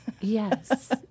Yes